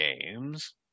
games